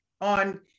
on